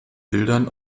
bildern